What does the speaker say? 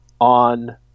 on